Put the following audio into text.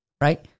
Right